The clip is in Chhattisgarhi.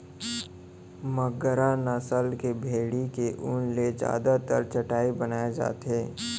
मगरा नसल के भेड़ी के ऊन ले जादातर चटाई बनाए जाथे